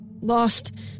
Lost